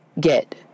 get